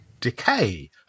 decay